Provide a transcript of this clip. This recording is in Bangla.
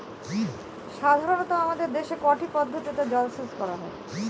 সাধারনত আমাদের দেশে কয়টি পদ্ধতিতে জলসেচ করা হয়?